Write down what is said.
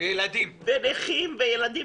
נכים וילדים.